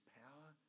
power